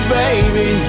baby